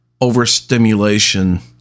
overstimulation